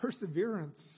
perseverance